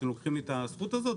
אתם לוקחים לי את הזכות הזאת,